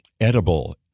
edible